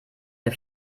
der